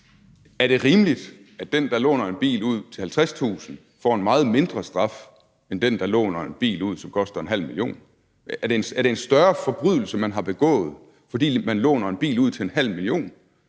Er det rimeligt, at den, der låner en bil ud til 50.000 kr., får en meget mindre straf end den, der låner en bil ud, som koster 500.000 kr.? Er det en større forbrydelse, man har begået, fordi man låner en bil ud til 500.000 kr.